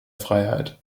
freiheit